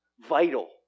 vital